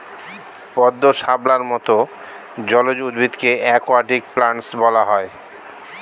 পদ্ম, শাপলার মত জলজ উদ্ভিদকে অ্যাকোয়াটিক প্ল্যান্টস বলা হয়